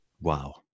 wow